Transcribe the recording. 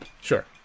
Sure